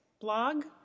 blog